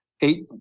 eight